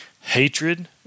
Hatred